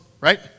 right